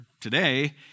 today